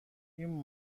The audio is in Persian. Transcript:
این